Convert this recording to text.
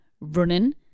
running